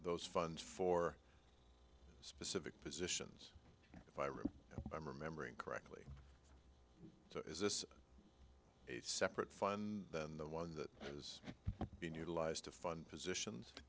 those funds for specific positions by room i'm remembering correctly so is this a separate fun than the one that been utilized to fund positions